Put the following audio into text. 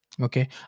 Okay